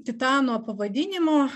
titano pavadinimo